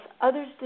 others